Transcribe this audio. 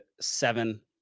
seven